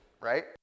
right